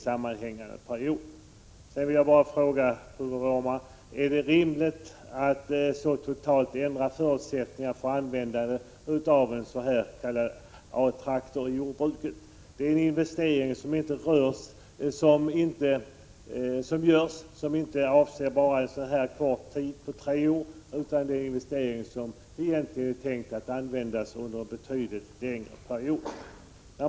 Jag vill fråga Bruno Poromaa: Är det rimligt att så totalt ändra förutsättningarna för användning av A-traktorer inom jordbruket? Det är inte fråga om en investering som bara avser så kort tid som tre år, utan det är tänkt att traktorerna skall användas under en betydligt längre tid.